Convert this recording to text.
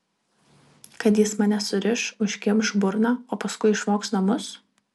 kad jis mane suriš užkimš burną o paskui išvogs namus